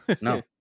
No